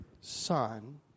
Son